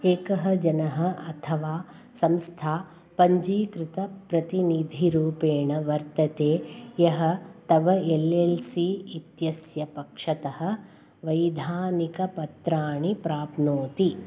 एकः जनः अथवा संस्था पञ्जीकृतप्रतिनिधिरूपेण वर्तते यः तव एल् एल् सि इत्यस्य पक्षतः वैधानिकपत्राणि प्राप्नोति